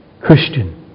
Christian